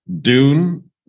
Dune